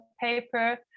paper